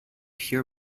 hear